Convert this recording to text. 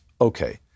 Okay